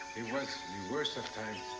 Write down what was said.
it was the worst of times,